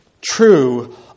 true